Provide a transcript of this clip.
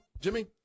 Jimmy